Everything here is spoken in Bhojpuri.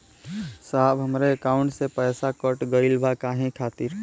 साहब हमरे एकाउंट से पैसाकट गईल बा काहे खातिर?